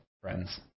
friends